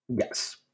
Yes